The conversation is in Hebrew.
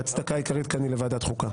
ההצדקה העיקרית כאן היא לוועדת החוקה.